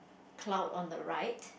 cloud on the right